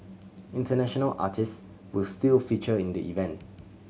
international artist will still feature in the event